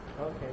okay